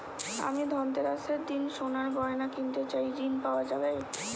আমি ধনতেরাসের দিন সোনার গয়না কিনতে চাই ঝণ পাওয়া যাবে?